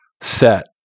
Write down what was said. set